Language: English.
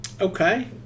Okay